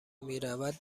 میرود